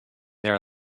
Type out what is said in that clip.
there